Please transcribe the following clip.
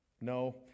no